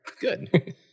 Good